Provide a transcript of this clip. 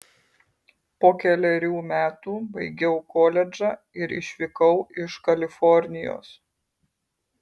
po kelerių metų baigiau koledžą ir išvykau iš kalifornijos